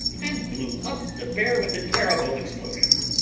and blew up the bear with a terrible explosion.